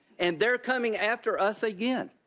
and they're coming after us again.